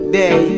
day